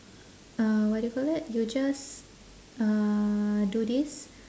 uh what you call that you just uh do this